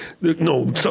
no